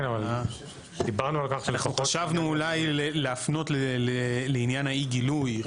אנחנו חשבנו אולי להפנות לעניין אי הגילוי,